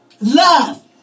Love